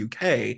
UK